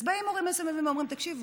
אז באים הורים מסוימים ואומרים: תקשיבו,